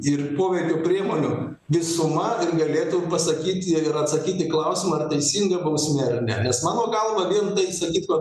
ir pobveikio priemonių visuma ir galėtų pasakyti atsakyt į klausimą ar teisinga bausmė ar ne nes mano galva vien tai sakyt va